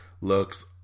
looks